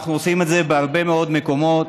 אנחנו עושים את זה בהרבה מאוד מקומות.